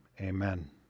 amen